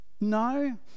No